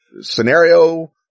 scenario